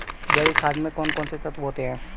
जैविक खाद में कौन कौन से तत्व होते हैं?